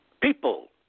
People